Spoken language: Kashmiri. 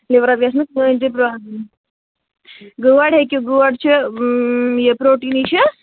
لِورس گژھِ نہٕ کٔہیٖنٛۍ تہِ پرٛابلِم گٲڈ ہیٚکِو گٲڈ چھِ یہِ چھُ یہِ پرٛوٹیٖنٕے چھَ